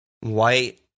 White